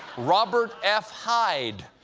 robert f. hyde.